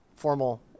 formal